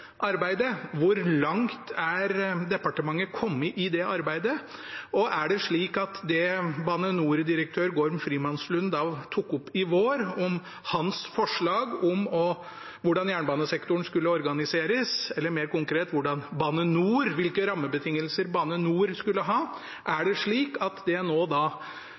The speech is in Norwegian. arbeidet. Hvor langt har departementet kommet i det arbeidet? Og er det slik at det Bane NOR-direktøren, Gorm Frimannslund, tok opp i vår – hans forslag om hvordan jernbanesektoren skulle organiseres, eller mer konkret hvilke rammebetingelser Bane NOR skulle ha – er